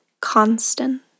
constant